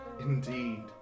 Indeed